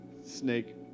Snake